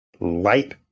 light